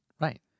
Right